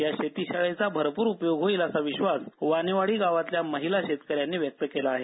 याशेती शाळेचा भरपूर उपयोग होईल असा विश्वास वाणेवाडी गावातील महिला शेतकऱ्यांनी व्यक्त केला आहे